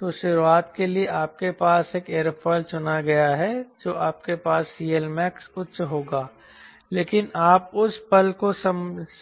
तो शुरुआत के लिए आपके पास एक एयरफॉइल चुना गया है जो आपके पास CLmax उच्च होगा लेकिन आप उस पल को